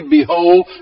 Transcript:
Behold